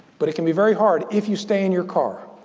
but it can be very hard if you stay in your car.